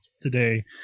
today